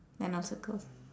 then I'll circle